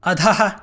अधः